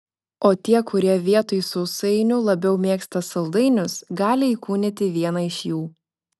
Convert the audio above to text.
o tie kurie vietoj sausainių labiau mėgsta saldainius gali įkūnyti vieną iš jų